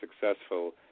successful